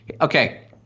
Okay